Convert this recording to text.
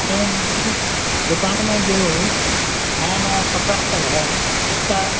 अरे हमको दुकान में जो नया नया कपड़ा सब है उसका